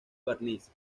barniz